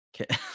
okay